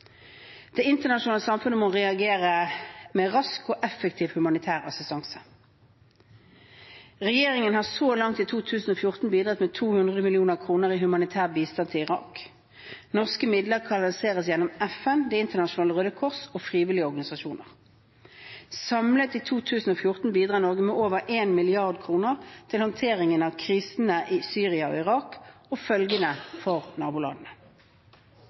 Det internasjonale samfunnet må reagere med rask og effektiv humanitær assistanse. Regjeringen har så langt i 2014 bidratt med 200 mill. kr i humanitær bistand til Irak. Norske midler kanaliseres gjennom FN, Det internasjonale Røde Kors og frivillige organisasjoner. Samlet i 2014 bidrar Norge med over 1 mrd. kr til håndtering av krisene i Syria og Irak og følgene for nabolandene.